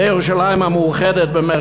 זה ירושלים "המאוחדת".